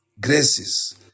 graces